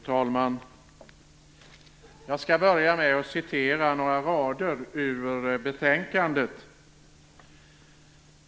Fru talman! Jag skall börja med att citera några rader ur betänkandet.